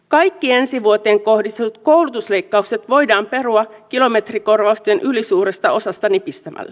kaikki ensi vuoteen kohdistetut koulutusleikkaukset voidaan perua kilometrikorvausten ylisuuresta osasta nipistämällä